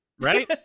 Ready